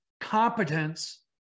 competence